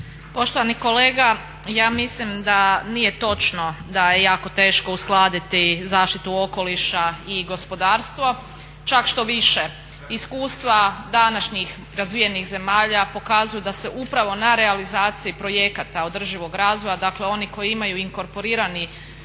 Poštovani kolega ja mislim da nije točno da je jako teško uskladiti zaštitu okoliša i gospodarstvo, čak štoviše iskustva današnjih razvijenih zemalja pokazuju upravo na realizaciji projekata održivog razvoja, dakle oni koji imaju inkorporiranu